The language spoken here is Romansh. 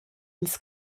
ils